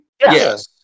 Yes